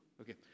okay